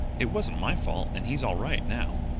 it wasn't my fault, and he's all right now.